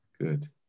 Good